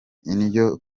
indyo